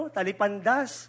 Talipandas